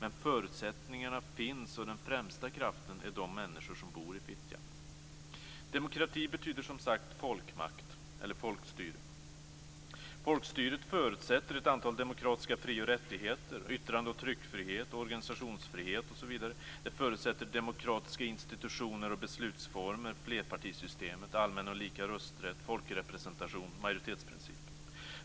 Men förutsättningarna finns och den främsta kraften är de människor som bor i Fittja. Demokrati betyder som sagt folkmakt eller folkstyre. Folkstyret förutsätter ett antal demokratiska frioch rättigheter såsom yttrande och tryckfrihet, organisationsfrihet osv., och det förutsätter demokratiska institutioner och beslutsformer såsom flerpartisystem, allmän och lika rösträtt, folkrepresentation och majoritetsprincipen.